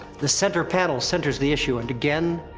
the center panel centers the issue, and again,